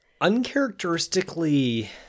uncharacteristically